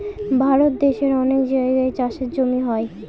ভারত দেশের অনেক জায়গায় চাষের জমি হয়